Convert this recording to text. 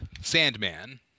Sandman